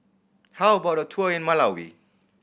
how about a tour in Malawi